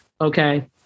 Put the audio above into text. okay